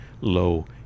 low